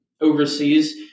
overseas